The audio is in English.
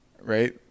right